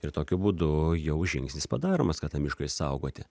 ir tokiu būdu jau žingsnis padaromas kad tą mišką išsaugoti